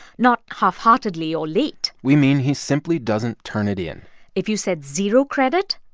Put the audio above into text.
not half-heartedly or late? we mean he simply doesn't turn it in if you said zero credit,